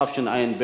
התשע"ב